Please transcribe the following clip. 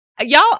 Y'all